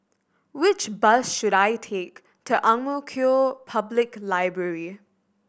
which bus should I take to Ang Mo Kio Public Library